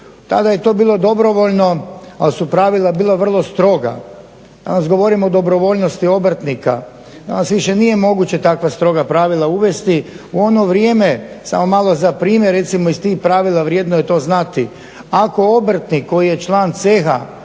Tada je to bilo dobrovoljno ali su pravila bila vrlo stroga. Danas govorimo o dobrovoljnosti obrtnika, danas više nije moguće takva stroga pravila uvesti. U ono vrijeme samo malo za primjer recimo iz tih pravila vrijedno je to znati, ako obrtnik koji je član ceha